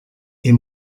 est